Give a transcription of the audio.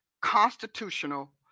constitutional